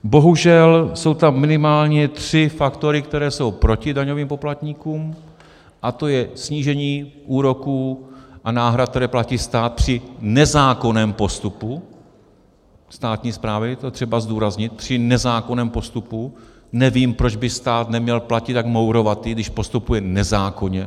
Bohužel jsou tam minimálně tři faktory, které jsou proti daňovým poplatníkům, a to je snížení úroků a náhrad, které platí stát při nezákonném postupu státní správy to je třeba zdůraznit, při nezákonném postupu, nevím, proč by stát neměl platit jak mourovatý, když postupuje nezákonně.